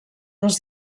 dels